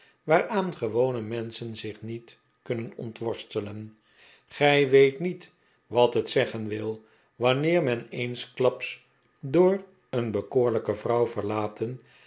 waaraan gewone menschen zich niet kunnen ontworstelen gij weet niet wat het zeggen wil wanneer men eensklaps door een bekoorlijke vrouw verlaten